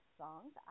songs